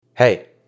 Hey